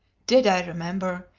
did i remember!